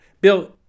Bill